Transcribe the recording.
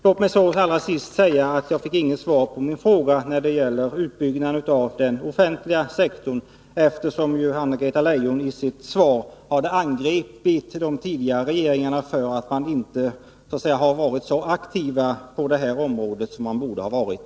Låt mig så, allra sist, säga att jag inte fick något svar på min fråga om utbyggnaden av den offentliga sektorn, eftersom Anna-Greta Leijon i sitt svar angrep de tidigare regeringarna för att inte ha varit så aktiva på det här området som de borde ha varit.